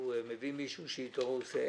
הוא מביא מישהו שאתו הוא עושה עסק.